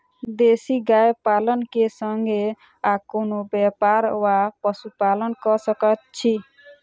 देसी गाय पालन केँ संगे आ कोनों व्यापार वा पशुपालन कऽ सकैत छी?